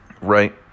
right